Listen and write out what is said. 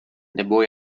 nebo